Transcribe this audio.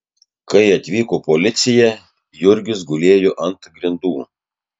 kai atvyko policija jurgis gulėjo ant grindų